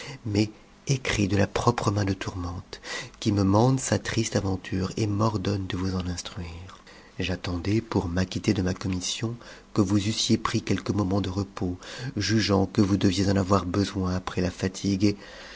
mais écrit de la propre main de tourmente qui me mande sa triste aventure et m'ordonne de vous en instruire j'attendais pour m'acquitter de ma commission que vous eussiez pris quelques moments de repos jugeant que vous deviez en avoir besoin après la fatigue